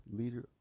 leader